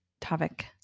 topic